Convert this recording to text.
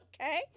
Okay